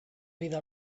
vida